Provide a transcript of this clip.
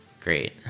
great